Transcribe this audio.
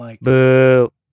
Boo